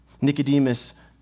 Nicodemus